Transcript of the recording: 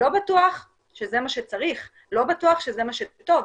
לא בטוח שזה מה שצריך ולא בטוח שזה מה שטוב.